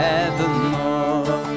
evermore